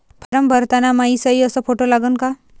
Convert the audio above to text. Form भरताना मायी सयी अस फोटो लागन का?